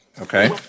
Okay